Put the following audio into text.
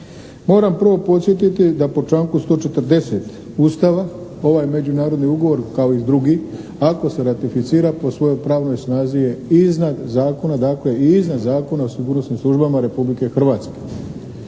Moram prvo podsjetiti da po članku 140. Ustava, ovaj međunarodni ugovor kao i drugi, ako se ratificira, po svojoj pravnoj snazi je i iznad zakona, dakle i iznad Zakona o sigurnosnim službama Republike Hrvatske.